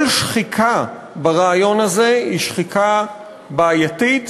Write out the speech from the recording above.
כל שחיקה ברעיון הזה היא שחיקה בעייתית,